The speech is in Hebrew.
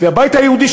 והבית היהודי,